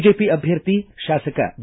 BJP ಅಭ್ಯರ್ಥಿ ಶಾಸಕ B